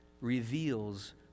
reveals